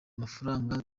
amafaranga